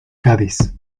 cádiz